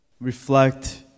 reflect